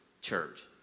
church